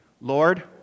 Lord